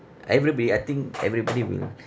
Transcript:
everybody I think everybody will